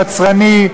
יצרני,